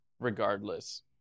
regardless